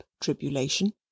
tribulation